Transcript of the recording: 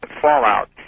fallout